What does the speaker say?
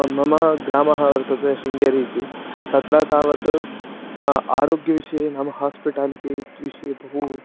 मम ग्रामः वर्तते शृङ्गेरि इति तत्र तावत् आरोग्यविषये नाम हास्पिटालिटि इति विषये बहु